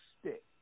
stick